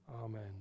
Amen